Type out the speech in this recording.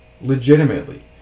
legitimately